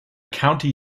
county